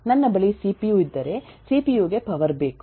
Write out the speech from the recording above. ನನ್ನ ಬಳಿ ಸಿಪಿಯು ಇದ್ದರೆ ಸಿಪಿಯು ಗೆ ಪವರ್ ಬೇಕು